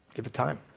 give it time.